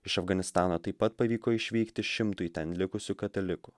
iš afganistano taip pat pavyko išvykti šimtui ten likusių katalikų